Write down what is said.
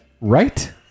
Right